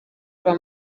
rwa